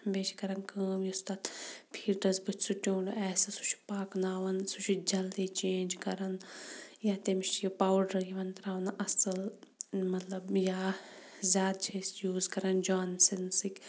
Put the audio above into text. بیٚیہِ چھِ کَران کٲم یُس تَتھ پھیٖڈرَس بٕتھِ سُہ ٹیٚونٛڈ آسہِ سُہ چھِ پاکناوَن سُہ چھِ جَلدی چینٛج کَران یا تٔمِس چھِ یہِ پاوڈَر یِوان تراونہٕ اصل مَطلَب یا زیاد چھِ أسۍ یوٗز کَران جانسَنزِک